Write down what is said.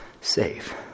save